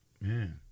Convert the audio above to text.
Man